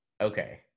Okay